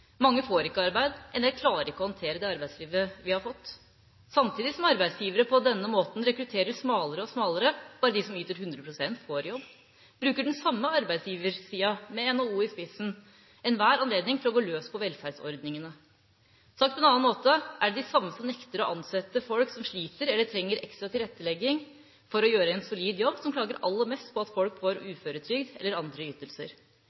Mange får ikke arbeid, og en del klarer ikke å håndtere det arbeidslivet vi har fått. Samtidig som arbeidsgivere på denne måten rekrutterer smalere og smalere – bare de som yter 100 pst., får jobb – bruker den samme arbeidsgiversida, med NHO i spissen, enhver anledning til å gå løs på velferdsordningene. Sagt på en annen måte er det de samme som nekter å ansette folk som sliter eller trenger ekstra tilrettelegging for å gjøre en solid jobb, som klager aller mest på at folk får